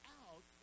out